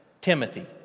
Timothy